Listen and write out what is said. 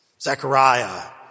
Zechariah